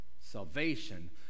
salvation